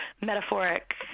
metaphoric